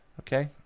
Okay